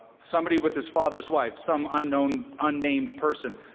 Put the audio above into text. somebody with his father's wife, some unknown, unnamed person